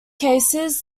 cases